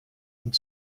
und